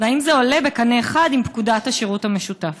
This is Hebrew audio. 3. האם זה עולה בקנה אחד עם פקודת השירות המשותף?